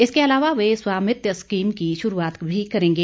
इसके अलावा वे स्वामित्व स्कीम की शुरूआत भी करेंगे